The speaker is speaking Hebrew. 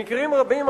במקרים רבים,